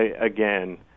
again